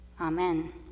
amen